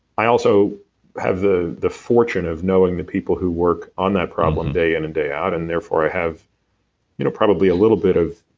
i also have the the fortune of knowing the people who work on that problem day in and day out, and therefore i have you know probably a little bit of,